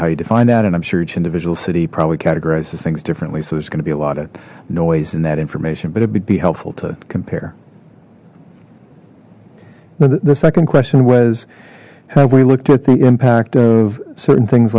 how you define that and i'm sure each individual city probably categorizes things differently so there's going to be a lot of noise and that information but it would be helpful to compare the second question was have we looked at the impact of certain things